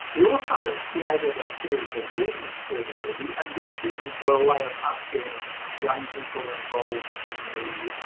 we also created a series of zines for the movie, and these zines were a way of us getting young people involved in the